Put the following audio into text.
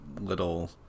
little